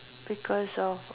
because of